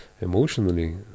emotionally